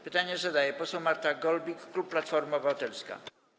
Pytanie zadaje poseł Marta Golbik, klub Platforma Obywatelska.